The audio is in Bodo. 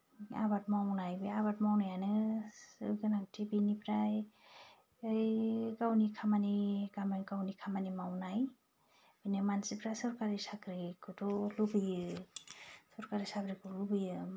आबाद मावनाय बे आबाद मावनायानो जोबोद गोनांथि बिनिफ्राय ओइ गावनि खामानि गामि गावनि खामानि मावनाय बिदिनि मानसिफ्रा सोरखारि साख्रिखौथ' लुबैयो सोरखारि साख्रिफोरखौ लुबैयो